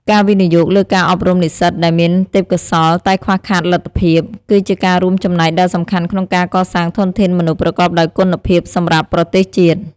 ការវិនិយោគលើការអប់រំនិស្សិតដែលមានទេពកោសល្យតែខ្វះខាតលទ្ធភាព គឺជាការរួមចំណែកដ៏សំខាន់ក្នុងការកសាងធនធានមនុស្សប្រកបដោយគុណភាពសម្រាប់ប្រទេសជាតិ។